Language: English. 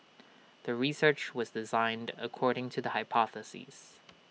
the research was designed according to the hypothesis